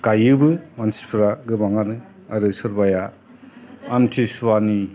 गाइयोबो मानसिफ्रा गोबांआनो आरो सोरबाया आमथि सुवानि